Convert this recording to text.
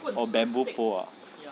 oh bamboo pole ah